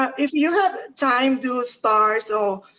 um if you have time, do stars or,